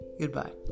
Goodbye